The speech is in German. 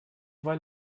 weil